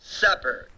supper